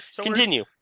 Continue